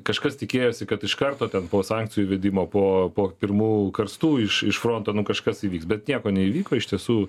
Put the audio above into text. kažkas tikėjosi kad iš karto po sankcijų įvedimo po po pirmų karstų iš fronto nu kažkas įvyks bet nieko neįvyko iš tiesų